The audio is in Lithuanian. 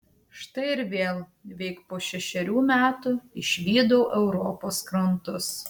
štai ir vėl veik po šešerių metų išvydau europos krantus